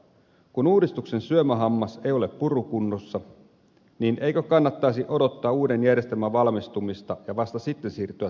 kun uudistuksen syömähammas ei ole purukunnossa niin eikö kannattaisi odottaa uuden järjestelmän valmistumista ja vasta sitten siirtyä toteutukseen